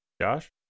Josh